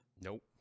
Nope